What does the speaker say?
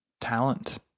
talent